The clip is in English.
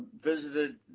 visited